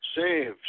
save